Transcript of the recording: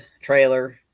trailer